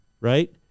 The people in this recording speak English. right